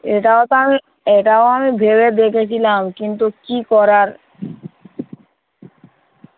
এটাও তো আমি এটাও আমি ভেবে দেখেছিলাম কিন্তু কী করার